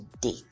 date